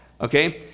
Okay